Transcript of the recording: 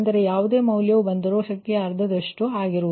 ಅಂದರೆ ಯಾವುದೇ ಮೌಲ್ಯ ಬಂದರೂ ಶಕ್ತಿಯ ಅರ್ಧದಷ್ಟು ಆಗುವುದು